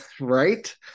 Right